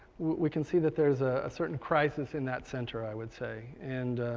we can see that there's a certain crisis in that center i would say, and